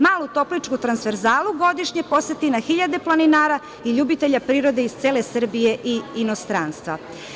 Malu topličku transverzalu godišnje poseti na hiljade planinara i ljubitelja prirode iz cele Srbije i inostranstva.